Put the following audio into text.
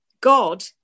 God